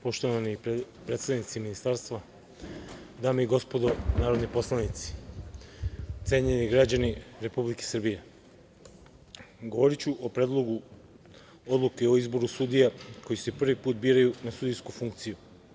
Poštovani predstavnici ministarstva, dame i gospodo narodni poslanici, cenjeni građani Republike Srbije, govoriću o Predlogu odluke o izboru sudija koji se prvi put biraju na sudijsku funkciju.